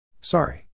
Sorry